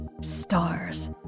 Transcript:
stars